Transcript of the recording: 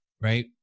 right